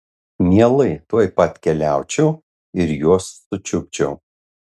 mielai tuoj pat keliaučiau ir juos sučiupčiau